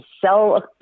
sell